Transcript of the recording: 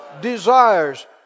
desires